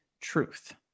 truth